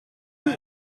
deux